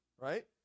right